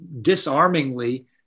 disarmingly